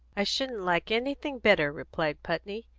i shouldn't like anything better, replied putney.